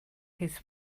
his